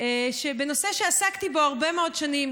בנושא שעסקתי בו הרבה מאוד שנים,